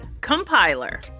Compiler